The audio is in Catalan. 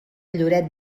lloret